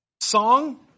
song